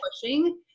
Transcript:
pushing